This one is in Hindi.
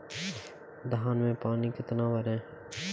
धान में पानी कितना भरें?